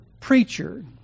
preacher